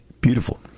Beautiful